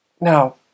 Now